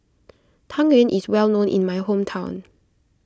Tang Yuen is well known in my hometown